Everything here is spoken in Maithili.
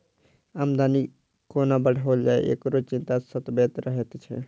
आमदनी कोना बढ़ाओल जाय, एकरो चिंता सतबैत रहैत छै